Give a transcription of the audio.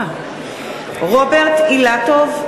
(קוראת בשם חבר הכנסת) רוברט אילטוב,